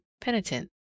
penitent